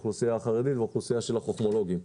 האוכלוסייה החרדית והאוכלוסייה של החכמולוגים.